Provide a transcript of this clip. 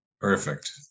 Perfect